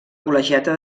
col·legiata